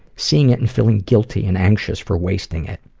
seeing it and feeling guilty and anxious for wasting it.